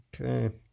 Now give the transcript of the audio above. Okay